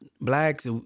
blacks